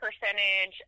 percentage